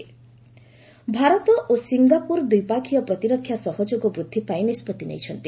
India Singapore ଭାରତ ଓ Singapore ଦ୍ୱିପକ୍ଷୀୟ ପ୍ରତିରକ୍ଷା ସହଯୋଗ ବୃଦ୍ଧି ପାଇଁ ନିଷ୍ପଭି ନେଇଛନ୍ତି